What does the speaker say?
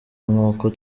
nk’uko